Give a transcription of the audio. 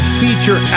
feature